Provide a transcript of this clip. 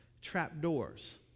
trapdoors